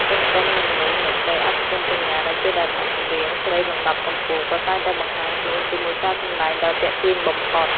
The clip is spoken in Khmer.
ទន្ទឹមនឹងនោះ អ្នកស្រី ឱក សុគន្ធកញ្ញា ដែលជាតារាចម្រៀងស្រីលំដាប់កំពូល ក៏តែងតែបង្ហាញខ្លួនជាមួយការសម្តែងដ៏ទាក់ទាញបំផុត។